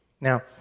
Now